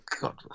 god